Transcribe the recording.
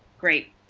great.